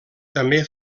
també